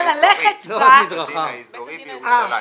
ללכת בה --- בית הדין האזורי בירושלים.